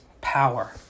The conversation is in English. power